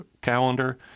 calendar